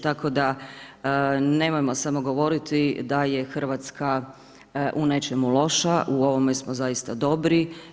Tako da, nemojmo samo govoriti da je RH u nečemu loša, u ovome smo zaista dobri.